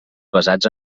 basats